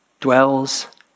dwells